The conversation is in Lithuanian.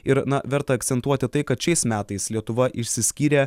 ir na verta akcentuoti tai kad šiais metais lietuva išsiskyrė